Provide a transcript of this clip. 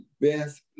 best